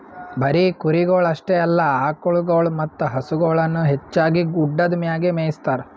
ಬರೀ ಕುರಿಗೊಳ್ ಅಷ್ಟೆ ಅಲ್ಲಾ ಆಕುಳಗೊಳ್ ಮತ್ತ ಹಸುಗೊಳನು ಹೆಚ್ಚಾಗಿ ಗುಡ್ಡದ್ ಮ್ಯಾಗೆ ಮೇಯಿಸ್ತಾರ